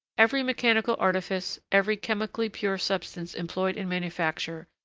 every mechanical artifice, every chemically pure substance employed in manufacture,